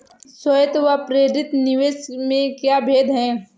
स्वायत्त व प्रेरित निवेश में क्या भेद है?